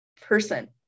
person